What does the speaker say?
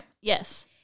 Yes